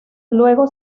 luego